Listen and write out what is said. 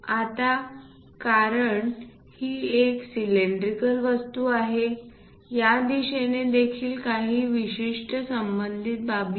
आता कारण ही एक सिलेंड्रिकल वस्तू आहे या दिशेने देखील काही विशिष्ट संबंधित बाबी आहेत